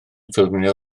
ffilmio